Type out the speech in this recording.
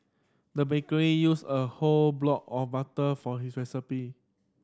the baker used a whole block of butter for his recipe